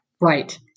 Right